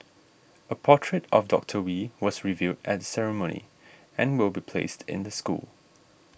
a portrait of Doctor Wee was revealed at the ceremony and will be placed in the school